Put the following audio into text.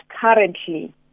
currently